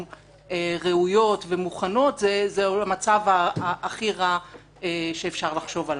ראויות ומוכנות זה המצב הכי רע שאפשר לחשוב עליו.